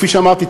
כפי שאמרתי,